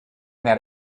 that